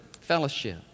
fellowship